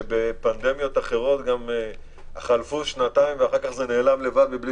בפנדמיות אחרות חלפו שנתיים ואחר כך זה נעלם לבד בלי